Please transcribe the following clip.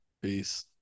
peace